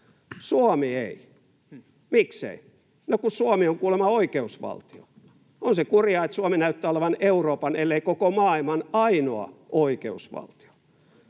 Suomi ei. Miksei? No kun Suomi on kuulemma oikeusvaltio. On se kurjaa, että Suomi näyttää olevan Euroopan, ellei koko maailman ainoa oikeusvaltio.